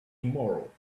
tomorrow